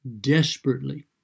desperately